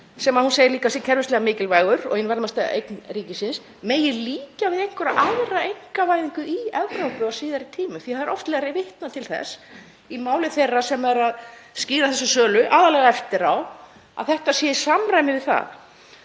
sem hún segir líka að sé kerfislega mikilvægur og ein verðmætasta eign ríkisins, megi líkja við einhverja aðra einkavæðingu í Evrópu á síðari tímum? Því að það er oft vitnað til þess í máli þeirra sem skýra þessi sölu, aðallega eftir á, að þetta sé í samræmi við það.